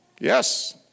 Yes